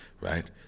right